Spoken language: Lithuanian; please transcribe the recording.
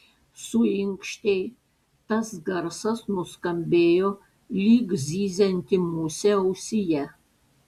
suinkštei tas garsas nuskambėjo lyg zyzianti musė ausyje